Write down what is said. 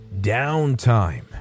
downtime